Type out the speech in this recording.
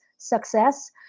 Success